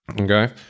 Okay